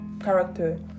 character